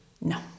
No